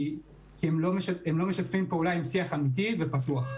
כי הם לא משתפים פעולה עם שיח אמיתי ופתוח.